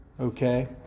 Okay